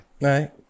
right